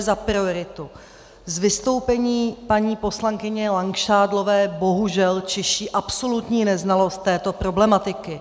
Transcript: Z vystoupení paní poslankyně Langšádlové bohužel čiší absolutní neznalost této problematiky.